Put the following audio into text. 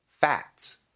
facts